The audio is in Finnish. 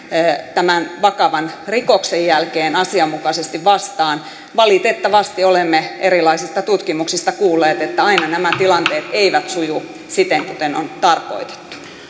tämän vakavan rikoksen jälkeen asianmukaisesti vastaan valitettavasti olemme erilaisista tutkimuksista kuulleet että aina nämä tilanteet eivät suju siten kuten on tarkoitettu